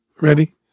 Ready